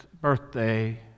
birthday